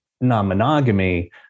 non-monogamy